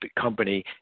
company